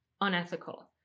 unethical